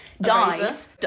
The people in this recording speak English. dies-